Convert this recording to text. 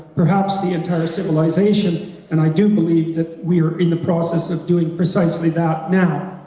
perhaps the entire civilization, and i do believe that we're in the process of doing precisely that now.